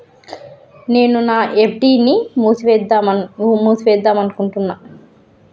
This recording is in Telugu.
నేను నా ఎఫ్.డి ని మూసివేద్దాంనుకుంటున్న